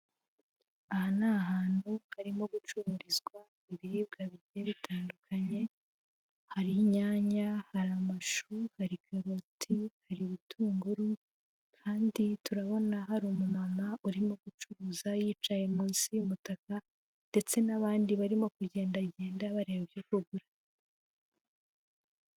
Aha ni ahantu karimo gucururizwa ibiribwa bigiye bitandukanye. Hari inyanya, hari amashu hari imyumbati, hari ibitunguru kandi turabona hari umu mama urimo gucuruza yicaye munsi y'umutaka ndetse n'abandi barimo kugendagenda bareba ibyo bagura.